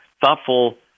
thoughtful